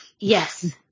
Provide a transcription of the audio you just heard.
Yes